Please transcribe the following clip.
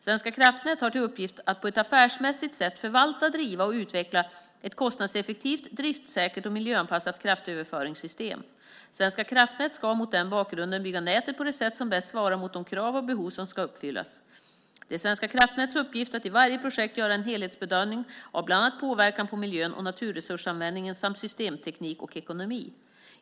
Svenska kraftnät har till uppgift att på ett affärsmässigt sätt förvalta, driva och utveckla ett kostnadseffektivt, driftssäkert och miljöanpassat kraftöverföringssystem. Svenska kraftnät ska, mot den bakgrunden, bygga nätet på det sätt som bäst svarar mot de krav och behov som ska uppfyllas. Det är Svenska kraftnäts uppgift att i varje projekt göra en helhetsbedömning av bland annat påverkan på miljön och naturresursanvändningen samt systemteknik och ekonomi.